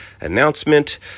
announcement